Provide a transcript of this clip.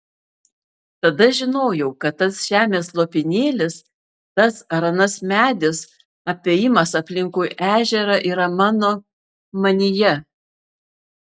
tada žinojau kad tas žemės lopinėlis tas ar anas medis apėjimas aplinkui ežerą yra mano manyje